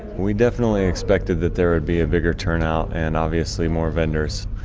we definitely expected that there would be a bigger turnout and obviously more vendors.